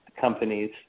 companies